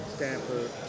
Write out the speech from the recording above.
Stanford